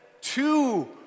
Two